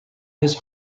his